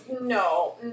no